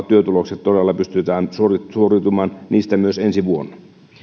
työtuloksista todella pystytään suoriutumaan myös ensi vuonna